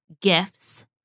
gifts